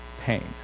pain